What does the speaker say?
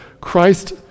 Christ